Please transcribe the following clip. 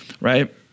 right